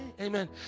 Amen